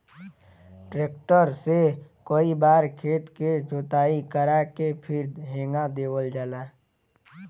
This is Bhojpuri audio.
ट्रैक्टर से कई बार खेत के जोताई करा के फिर हेंगा देवल जाला